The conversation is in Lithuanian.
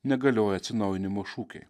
negalioja atsinaujinimo šūkiai